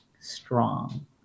strong